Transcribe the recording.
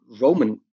Roman